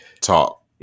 talk